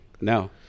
No